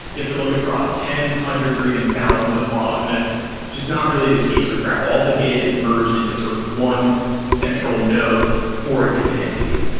you have to look across tens, hundreds or even thousands of logs, and that's just not really the case with grapl. all the data gets merged into sort of one central node for a given entity.